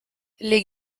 les